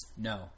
No